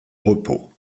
repos